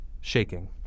shaking